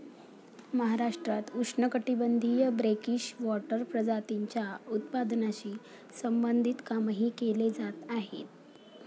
महाराष्ट्रात उष्णकटिबंधीय brackish water प्रजातींच्या उत्पादनाशी संबंधित कामही केले जात आहे